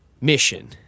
mission